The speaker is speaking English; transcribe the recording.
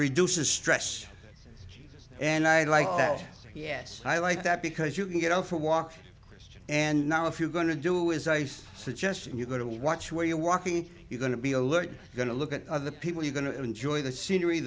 reduces stress and i like that yes i like that because you can get up for walk first and now if you're going to do is ice suggest you go to watch where you're walking you're going to be alert going to look at the people you're going to enjoy the scenery